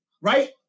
right